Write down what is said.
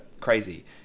crazy